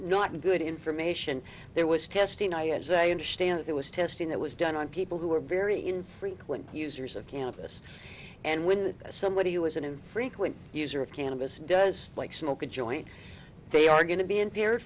not good information there was testing i as a understand it was testing that was done on people who were very infrequent users of cannabis and when somebody who is an infrequent user of cannabis does like smoke a joint they are going to be in there